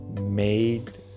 made